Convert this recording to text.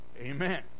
Amen